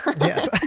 Yes